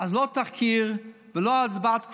אז לא תחקיר ולא הצבעות כפולות.